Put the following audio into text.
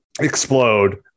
explode